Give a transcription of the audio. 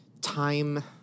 time